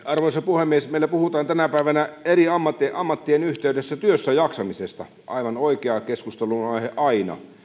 arvoisa puhemies meillä puhutaan tänä päivänä eri ammattien ammattien yhteydessä työssäjaksamisesta aivan oikea keskustelunaihe aina